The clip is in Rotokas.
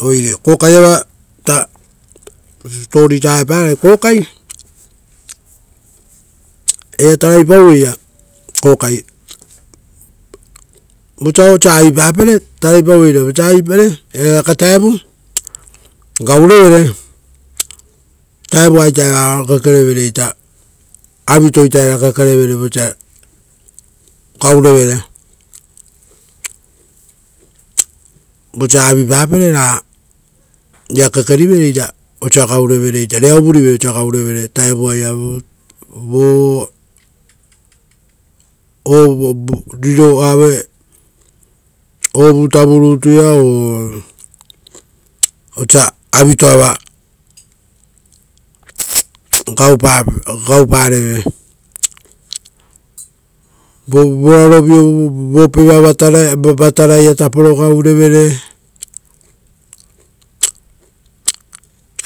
Oire kokai iava siposiposia aveparai, kokai eraia tarai pauveira kokai, vosa avisia ave papere o eake vuuta; gaurevere avitoiata era ira kekerevere ra gaurevere. Vosa avipapere ra rera uvurivere osia gaurevere vuuta-ia o ovutavurutuia o voo osa avipape, uva vorarovio vopeva pa vuuta ia gaurevere